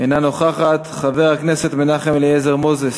אינה נוכחת, חבר הכנסת מנחם אליעזר מוזס,